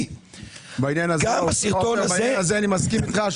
בעניין הזה אני מסכים אתך,